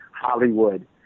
Hollywood